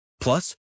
Plus